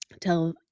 tell